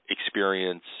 experience